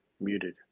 muted